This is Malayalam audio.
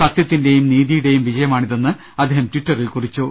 സത്യ ത്തിന്റെയും നീതിയുടെയും വിജയമാണിതെന്ന് അദ്ദേഹം ടിറ്ററിൽ കുറി ച്ചു